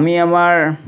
আমি আমাৰ